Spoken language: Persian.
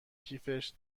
کیفش